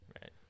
right